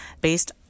based